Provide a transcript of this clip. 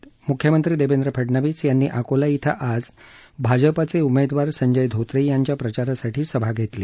म्ख्यमंत्री देवेंद्र फडणवीस यांनी अकोला इथं आज भाजपा उमेदवार संजय धोत्रे यांच्या प्रचारासाठी सभा घेतली